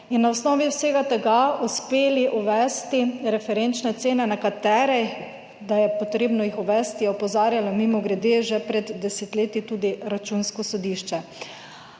in na osnovi vsega tega uspeli uvesti referenčne cene, nekatere, da je potrebno jih uvesti je opozarjalo, mimogrede, že pred desetletji tudi Računsko sodišče.